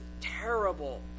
terrible